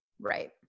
Right